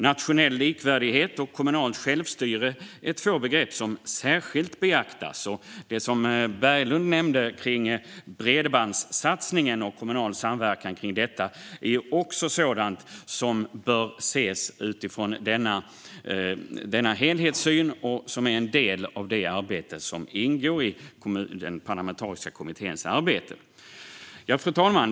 Nationell likvärdighet och kommunalt självstyre är två begrepp som särskilt beaktas. Det som Berglund nämnde gällande bredbandssatsningen och kommunal samverkan kring detta bör också omfattas av denna helhetssyn och ingå i den parlamentariska kommitténs arbete. Fru talman!